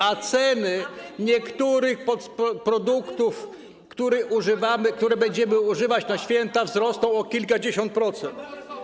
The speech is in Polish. A ceny niektórych produktów, których używamy, których będziemy używać na święta, wzrosną o kilkadziesiąt procent.